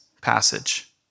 passage